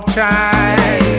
time